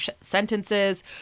sentences